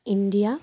India